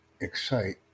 excite